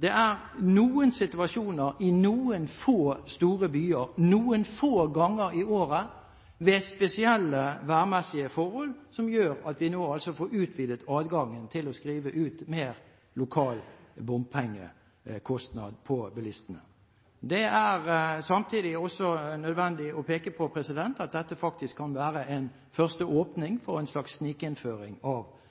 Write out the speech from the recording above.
Det er noen situasjoner, i noen få store byer, noen få ganger i året, ved spesielle værmessige forhold, som gjør at vi nå får utvidet adgangen til å skrive ut mer lokal bompengekostnad på bilistene. Det er samtidig også nødvendig å peke på at dette faktisk kan være en første åpning for en slags snikinnføring av